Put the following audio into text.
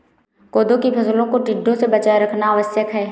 कोदो की फसलों को टिड्डों से बचाए रखना आवश्यक है